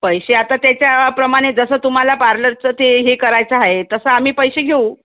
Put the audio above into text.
पैसे आता त्याच्या प्रमाणे जसं तुम्हाला पार्लरचं ते हे करायचं आहे तसं आम्ही पैसे घेऊ